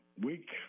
week